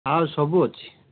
ଆଉ ସବୁ ଅଛି